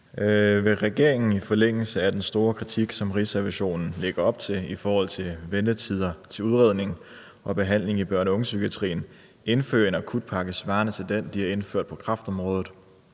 Vil regeringen i forlængelse af den store kritik, som Rigsrevisionen lægger op til i forhold til ventetider til udredning og behandling i børne- og ungepsykiatrien, indføre en akutpakke svarende til den, de har indført på kræftområdet,